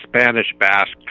Spanish-Basque